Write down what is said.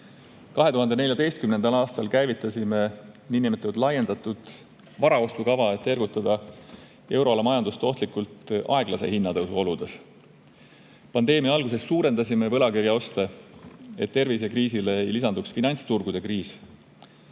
2014. aastal käivitasime niinimetatud laiendatud varaostukava, et ergutada euroala majandust ohtlikult aeglase hinnatõusu oludes. Pandeemia alguses suurendasime võlakirjaoste, et tervisekriisile ei lisanduks finantsturgude kriis.